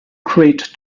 create